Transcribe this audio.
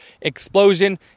explosion